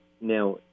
Now